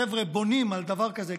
החבר'ה בונים על דבר כזה,